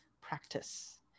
practice